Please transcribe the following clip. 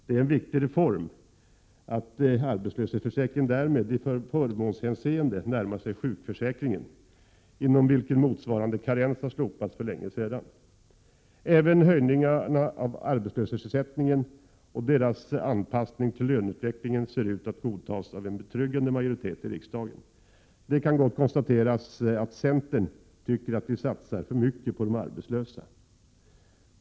Det är en viktig reform att arbetslöshetsförsäkringen därmed i förmånshänseende närmar sig sjukförsäkringen, inom vilken motsvarande karens har slopats för länge sedan. anledning att på nytt göra en tillbakablick. År 1974 begärde de tre borgerliga partierna genom motioner i riksdagen Även höjningarna av arbetslöshetsersättningarna och deras anpassning till Prot. 1987/88:136 löneutvecklingen ser ut att godtas av en betryggande majoritet i riksdagen. — 8 juni 1988 Det kan dock konstateras att centern tycker att vi satsar för mycket på de arbetslösa.